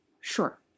Sure